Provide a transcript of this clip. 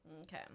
Okay